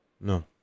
No